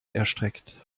erstreckt